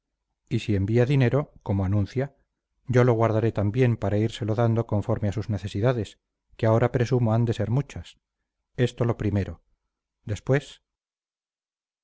y si envía dinero como anuncia yo lo guardaré también para írselo dando conforme a sus necesidades que ahora presumo han de ser muchas esto lo primero después